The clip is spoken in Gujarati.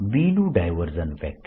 B નું ડાયવર્જન્સ